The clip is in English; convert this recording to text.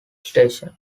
station